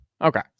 okay